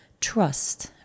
trust